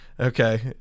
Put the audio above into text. Okay